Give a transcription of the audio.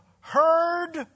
heard